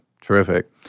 Terrific